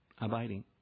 Abiding